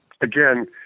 again